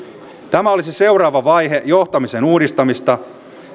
tämä olisi seuraava vaihe johtamisen uudistamista